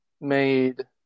made